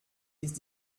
ist